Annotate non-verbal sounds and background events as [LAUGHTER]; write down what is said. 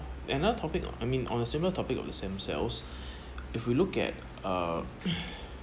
another topic I mean on a similar topic of the stem cells [BREATH] if we look at uh